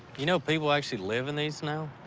you know people actually live in these now?